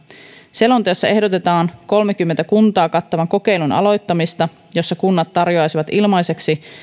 selonteossa ehdotetaan kolmekymmentä kuntaa kattavan kokeilun aloittamista jossa kunnat tarjoaisivat ilmaiseksi